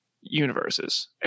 universes